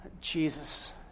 Jesus